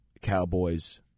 Cowboys